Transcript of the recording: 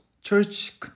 church